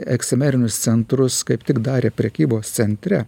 eksimerinius centrus kaip tik darė prekybos centre